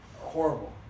Horrible